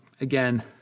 again